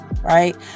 right